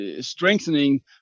strengthening